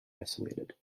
isolated